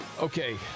Okay